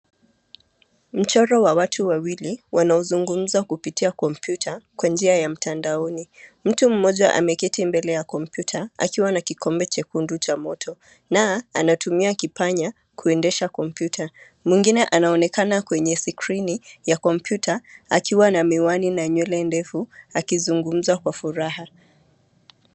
Mchoro wa watu wawili, wanaozungumza kupitia kompyuta kwa njia ya mtandaoni, mtu mmoja ameketi mbele ya kompyuta akiwa na kikombe chekundu cha moto, na anatumia kipanya, kuendesha kompyuta, mwingine anaonekana kwenye skrini, ya kompyuta, akiwa na miwani na nywele ndefu akizungumza kwa furaha.